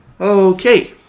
Okay